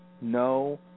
no